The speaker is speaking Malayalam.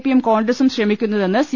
പിയും കോൺഗ്രസും ശ്രമിക്കുന്നതെന്ന് സി